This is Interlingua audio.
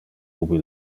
ubi